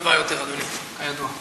אלטרנטיבה טובה יותר, אדוני, כידוע.